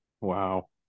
wow